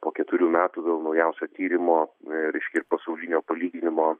po keturių metų vėl naujausio tyrimo reiškia pasaulinio palyginimo